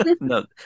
No